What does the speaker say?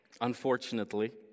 unfortunately